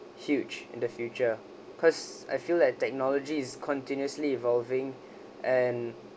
huge in the future cause I feel like technology is continuously evolving and